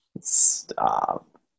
Stop